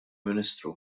ministru